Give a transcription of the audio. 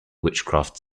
witchcraft